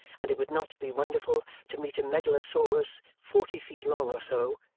and it would not be wonderful to meet a megalosaurus, forty feet long or so,